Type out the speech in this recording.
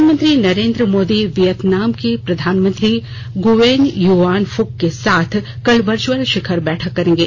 प्रधानमंत्री नरेन्द्र मोदी वियतनाम के प्रधानमंत्री गूएन युआन फुक के साथ कल वर्चुअल शिखर बैठक करेंगे